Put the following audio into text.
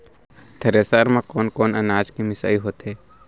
Thresher म कोन कोन से अनाज के मिसाई होथे?